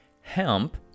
Hemp